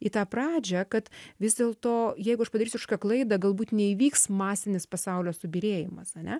į tą pradžią kad vis dėlto jeigu aš padarysiu kažkokią klaidą galbūt neįvyks masinis pasaulio subyrėjimas ane